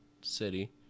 city